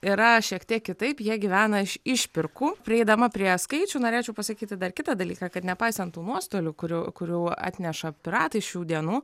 yra šiek tiek kitaip jie gyvena iš išpirkų prieidama prie skaičių norėčiau pasakyti dar kitą dalyką kad nepaisant tų nuostolių kurių kurių atneša piratai šių dienų